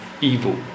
evil